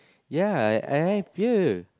ya I I have you